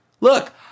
Look